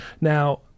Now